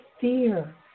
fear